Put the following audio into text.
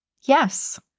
Yes